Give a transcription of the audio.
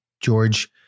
George